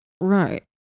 right